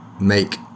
make